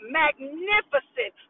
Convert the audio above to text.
magnificent